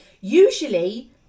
Usually